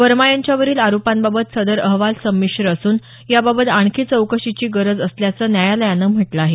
वर्मा यांच्यावरील आरोपांबाबत सदर अहवाल संमीश्र असून याबाबत आणखी चौकशीची गरज असल्याचं न्यायालयानं म्हटलं आहे